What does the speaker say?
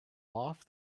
off